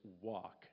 walk